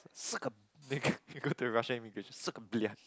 sacre go to Russia sacre bleu